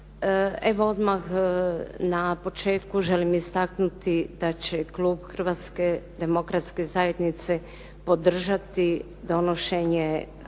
Evo odmah na početku želim istaknuti da će klub Hrvatske demokratske zajednice podržati donošenje